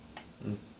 mm